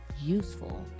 Useful